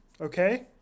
Okay